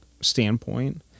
standpoint